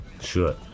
sure